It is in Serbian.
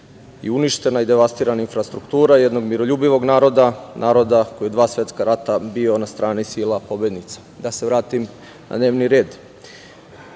i uništena je i devastirana infrastruktura jednog miroljubivog naroda, naroda koji je dva svetska rada bio na strani sila pobednica. Da se vratim na dnevni red.